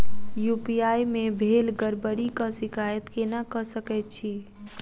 UPI मे भेल गड़बड़ीक शिकायत केना कऽ सकैत छी?